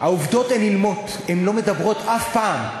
העובדות הן אילמות, הן לא מדברות אף פעם.